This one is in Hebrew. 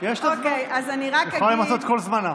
היא יכולה למצות את כל זמנה.